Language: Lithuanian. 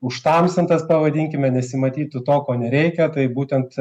užtamsintas pavadinkime nesimatytų to ko nereikia tai būtent